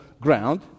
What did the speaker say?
ground